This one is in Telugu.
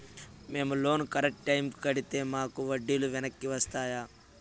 మేము లోను కరెక్టు టైముకి కట్టితే మాకు వడ్డీ లు వెనక్కి వస్తాయా?